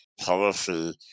policy